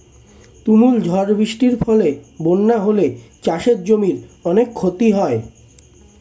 তুমুল ঝড় বৃষ্টির ফলে বন্যা হলে চাষের জমির অনেক ক্ষতি হয়